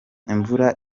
imvura